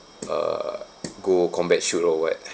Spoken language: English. uh go combat shoot or what